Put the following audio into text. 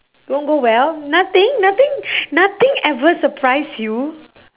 won't go well nothing nothing nothing ever surprise you